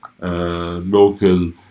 local